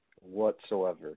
whatsoever